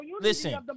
Listen